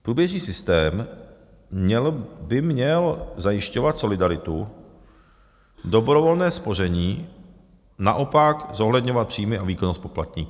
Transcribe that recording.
Průběžný systém by měl zajišťovat solidaritu, dobrovolné spoření naopak zohledňovat příjmy a výkonnost poplatníka.